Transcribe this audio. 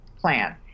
plan